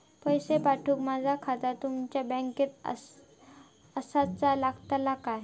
पैसे पाठुक माझा खाता तुमच्या बँकेत आसाचा लागताला काय?